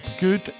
Good